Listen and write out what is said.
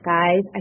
Guys